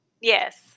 Yes